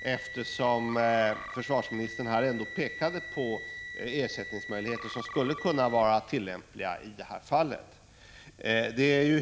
eftersom försvarsministern nu pekade på ersättningsmöjligheter som skulle kunna vara tillämpliga i detta fall.